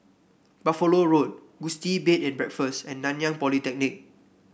Buffalo Road Gusti Bed and Breakfast and Nanyang Polytechnic